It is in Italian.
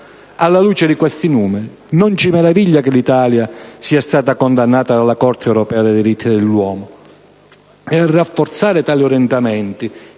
Alla luce di questi numeri, non ci meraviglia che l'Italia sia stata condannata dalla Corte europea dei diritti dell'uomo. A rafforzare tali orientamenti